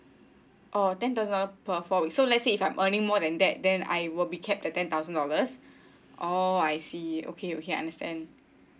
oh then does um but for so let's say if I'm earning more than that then I will be capped at ten thousand dollars oh I see okay okay I understand